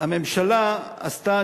הממשלה עשתה,